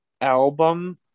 album